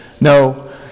no